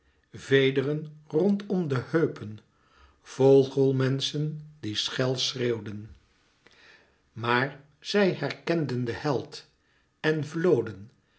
vederen rondom de heupen vogelmenschen die schel schreeuwden maar zij herkenden den held en vloden